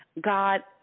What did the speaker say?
God